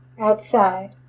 outside